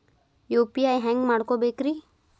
UPI ಹ್ಯಾಂಗ ಮಾಡ್ಕೊಬೇಕ್ರಿ?